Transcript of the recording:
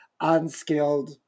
unskilled